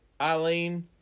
Eileen